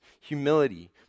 humility